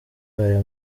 aya